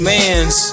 Man's